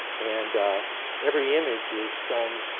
and every image is some